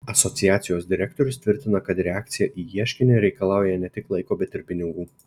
asociacijos direktorius tvirtina kad reakcija į ieškinį reikalauja ne tik laiko bet ir pinigų